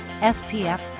SPF